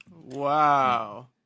Wow